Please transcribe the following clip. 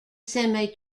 semi